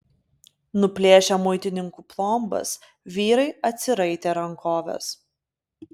nuplėšę muitininkų plombas vyrai atsiraitė rankoves